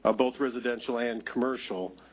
ah both residential and commercial.